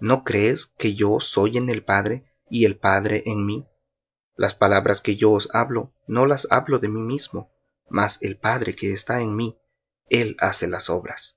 no crees que yo soy en el padre y el padre en mí las palabras que yo os hablo no hablo de mí mismo mas el padre que está en mí él hace las obras